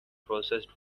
processed